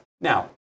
Now